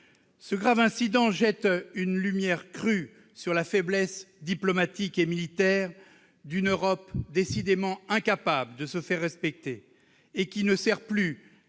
Ce grave incident jette une lumière crue sur la faiblesse diplomatique et militaire d'une Europe décidément incapable de se faire respecter et qui ne sert plus